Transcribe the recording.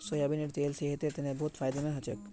सोयाबीनेर तेल सेहतेर तने बहुत फायदामंद हछेक